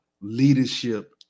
leadership